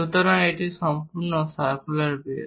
সুতরাং এই সম্পূর্ণ সারকুলার বেস